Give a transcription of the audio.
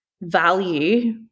value